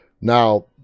Now